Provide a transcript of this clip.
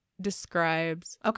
describes